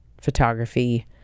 photography